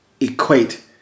equate